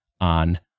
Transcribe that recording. on